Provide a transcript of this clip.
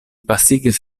pasigis